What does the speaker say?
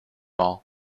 all